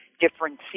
different